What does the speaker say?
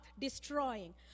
destroying